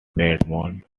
piedmont